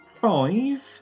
five